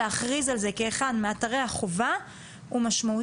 היא להכריז על זה כאחד מאתרי החובה בגלל